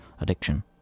addiction